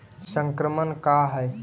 संक्रमण का है?